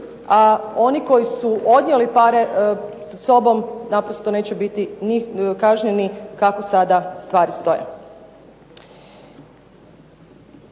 A oni koji su odnijeli pare sa sobom naprosto neće biti ni kažnjeni kako sada stvari stoje.